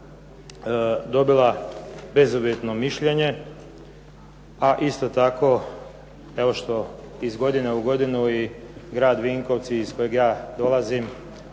dobila bezuvjetno mišljenje, a isto tako evo što iz godine u godinu i grad Vinkovci iz kojeg ja dolazim